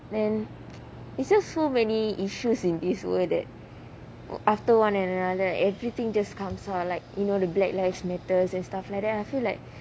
then it's just so many issues in this world that after one another everything just comes out like you know the black life matters and stuff like that I feel like